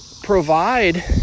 provide